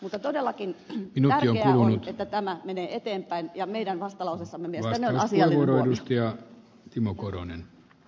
mutta todellakin tärkeää on että tämä menee eteenpäin ja meidän vastalauseessamme mielestäni on asiallinen huomio